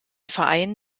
verein